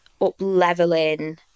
up-leveling